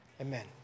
amen